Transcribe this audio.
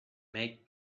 make